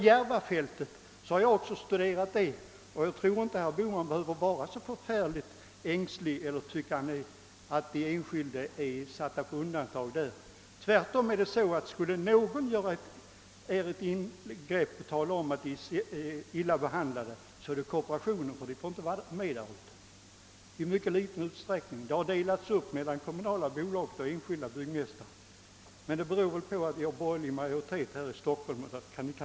Järvafältet har jag också studerat, och jag tror inte att herr Bohman skall vara så ängslig och tycka att de enskilda företagen är satta på undantag där. Skulle någon kunna anse sig illa behandlad är det tvärtom kooperationen, ty den får vara med bara i mycket liten utsträckning. Marken har nämligen delats upp mellan kommunala bolag och enskilda byggmästare. Men det beror väl på att det är borgerlig majoritet i Stockholm.